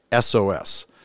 SOS